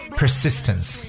persistence